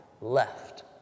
left